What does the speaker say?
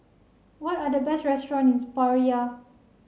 what are the best restaurants in Praia